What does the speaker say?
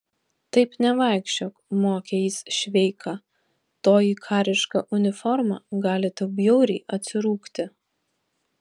taip nevaikščiok mokė jis šveiką toji kariška uniforma gali tau bjauriai atsirūgti